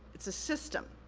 it's a system.